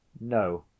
No